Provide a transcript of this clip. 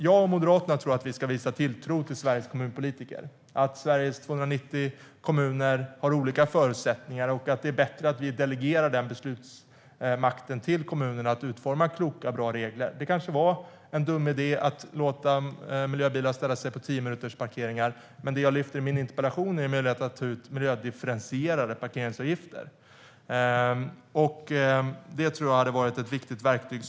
Jag och Moderaterna tror att vi ska visa tilltro till Sveriges kommunpolitiker. Sveriges 290 kommuner har olika förutsättningar. Det är bättre att vi delegerar beslutsmakten till kommunerna att utforma kloka och bra regler. Det kanske var en dum idé att låta miljöbilar ställa sig på tiominutersparkeringar. Men det jag lyfter fram i min interpellation är en möjlighet att ta ut miljödifferentierade parkeringsavgifter. Det tror jag hade varit ett viktigt verktyg.